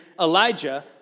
Elijah